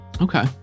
Okay